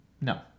No